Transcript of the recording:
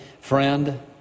friend